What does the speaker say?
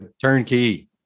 Turnkey